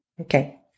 Okay